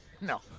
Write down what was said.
No